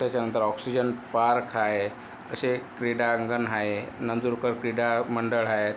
त्याच्यानंतर oxygen park आहे असे क्रीडाआंगण आहे नंदुरकर क्रीडा मंडळ आहे